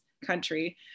country